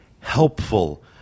Helpful